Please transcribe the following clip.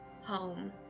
home